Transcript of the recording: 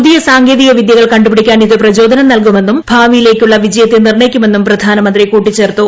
പുതിയ സാങ്കേതികവിദൃകൾ കണ്ടുപിടിക്കാൻ ഇത് പ്രചോദനം നൽകുമെന്നും ഭാവിയിലേക്കുള്ള വിജയത്തെ നിർണയിക്കുമെന്നും പ്രധാനമന്ത്രി കൂട്ടിച്ചേർത്തു